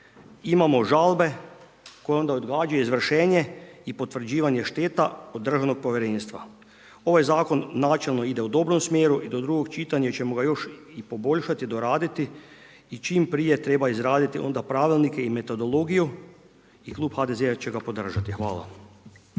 imamo žalbe koje onda odgađaju izvršenje i potvrđivanje šteta kod državnog povjerenstva. Ovaj zakon načelno ide u dobrom smjeru i do drugog čitanja ćemo ga još i poboljšati i doraditi i čim prije treba izraditi onda pravilnike i metodologiju i klub HDZ-a će ga podržati.